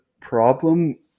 problem